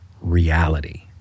reality